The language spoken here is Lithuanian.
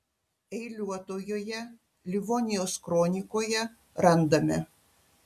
eiliuotojoje livonijos kronikoje randame